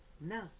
No